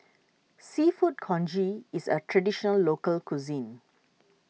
Seafood Congee is a Traditional Local Cuisine